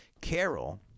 Carol